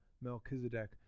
Melchizedek